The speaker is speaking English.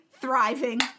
thriving